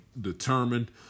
determined